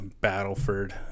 Battleford